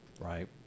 Right